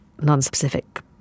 non-specific